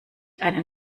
einen